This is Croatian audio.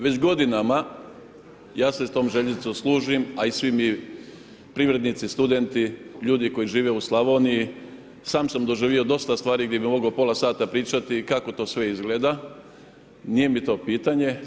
Već godinama ja se tom željeznicom služim, a i svi privrednici, studenti, ljudi koji žive u Slavoniji sam sam doživio dosta stvari gdje bih mogao pola sata pričati kako to sve izgleda, nije mi to pitanje.